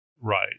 Right